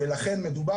ולכן מדובר,